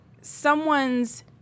someone's